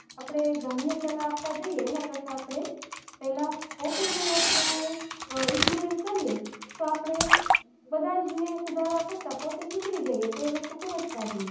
આપણે ગામને સલાહ આપવા જઈએ એના કરતાં આપણે પહેલા પોતે જો એ વસ્તુનું ઇમ્પલીમેંટ કરીએ તો આપણે બધા જ ને સુધારવા કરતાં પોતે સુધરી જઈએ તો એ વસ્તુ ખૂબ જ સારી હોય